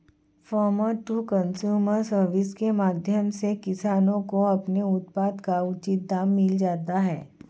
farmer to consumer service के माध्यम से किसानों को अपने उत्पाद का उचित दाम मिल जाता है